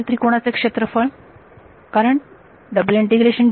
लाल त्रिकोणाचे क्षेत्रफळ कारण